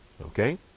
Okay